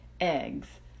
eggs